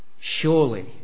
Surely